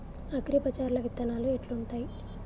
అగ్రిబజార్ల విత్తనాలు ఎట్లుంటయ్?